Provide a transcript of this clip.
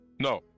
No